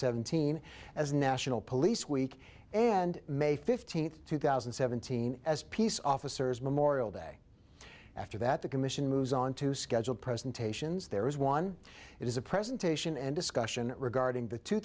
seventeen as national police week and may fifteenth two thousand and seventeen as peace officers memorial day after that the commission moves on to schedule presentations there is one it is a presentation and discussion regarding the two